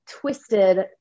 twisted